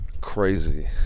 crazy